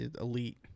elite